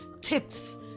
tips